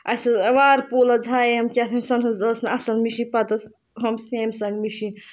اَسہِ حظ وارپوٗل حظ ہاییٚیَم کیٛاہ تھانۍ سۄ نہٕ حظ ٲس نہٕ اَصٕل مِشیٖن پَتہٕ ٲس ہُم سیمسنٛگ مِشیٖن